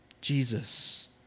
Jesus